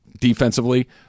defensively